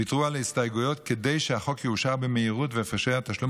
ויתרו על ההסתייגויות כדי שהחוק יאושר במהירות והפרשי התשלום